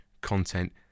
content